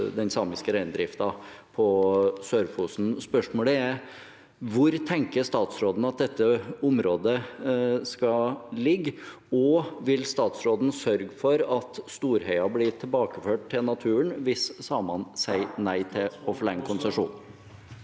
den samiske reindriften på Sør-Fosen. Spørsmålet er: Hvor tenker statsråden at dette området skal ligge, og vil statsråden sørge for at Storheia blir tilbakeført til naturen hvis samene sier nei til å forlenge konsesjonen?